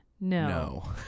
No